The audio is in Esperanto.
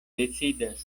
decidas